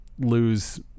Lose